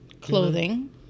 Clothing